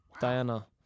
Diana